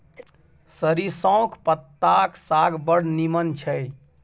सरिसौंक पत्ताक साग बड़ नीमन छै